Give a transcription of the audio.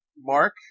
Mark